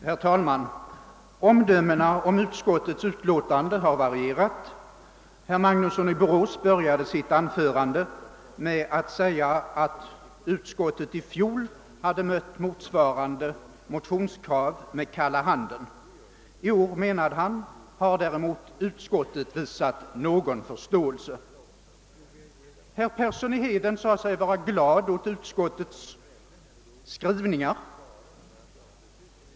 Herr talman! Omdömena om bankeutskottets utlåtande nr 38 har varierat. Herr Magnusson i Borås inledde sitt anförande med att konstatera, att utskottet i fjol hade mött motsvarande motionskrav med kalla handen. I år, menade han, hade utskottet däremot visat någon förståelse. Herr Persson i Heden sade sig vara glad åt utskottets skrivningar.